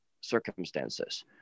circumstances